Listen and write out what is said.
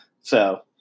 So-